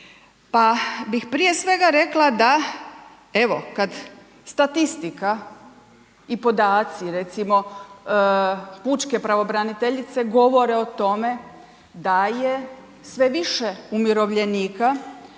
Pa bih prije svega rekla da, evo kad statistika i podaci recimo pučke pravobraniteljice govore o tome da je sve više umirovljenika